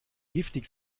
giftig